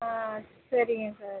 ஆ சரிங்க சார்